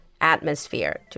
atmosphere